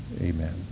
amen